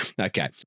Okay